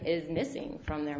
is missing from their